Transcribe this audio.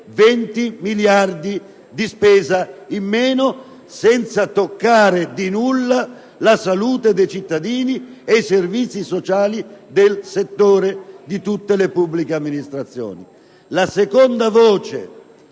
20 miliardi di spesa in meno, senza toccare affatto la salute dei cittadini e i servizi sociali del settore di tutte le pubbliche amministrazioni.